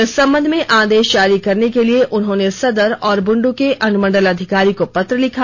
इस संबध में आदेश जारी करने के लिए उन्होंने सदर और बुंडू के अनुमंडल अधिकारी को पत्र लिखा